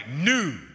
new